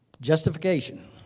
Justification